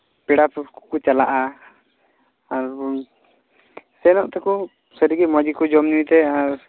ᱯᱮᱲᱟ ᱠᱚᱠᱚ ᱪᱟᱞᱟᱜᱼᱟ ᱟᱨ ᱵᱟᱝ ᱥᱮᱱᱚᱜ ᱛᱮᱠᱚ ᱥᱟᱹᱨᱤ ᱜᱮ ᱢᱚᱡᱽ ᱜᱮᱠᱚ ᱡᱚᱢᱼᱧᱩᱭᱛᱮ ᱟᱨ